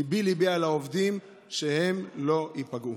ליבי ליבי על העובדים, שהם לא ייפגעו.